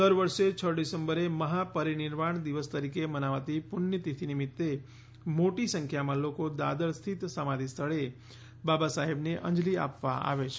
દર વર્ષે છ ડિસેમ્બરે મહાપરિનિર્વાણ દિવસ તરીકે મનાવાતી પુસ્યતિથિ નિમિત્તે મોટી સંખ્યામાં લોકો દાદર સ્થિત સમાધિ સ્થળે બાબાસાહેબને અંજલી આપવા આવે છે